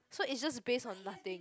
so it's just based on nothing